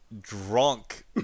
drunk